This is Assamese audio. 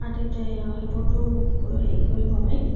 আদিত সেইবোৰতো হেৰি কৰিব পাৰি